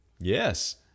Yes